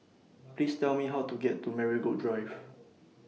Please Tell Me How to get to Marigold Drive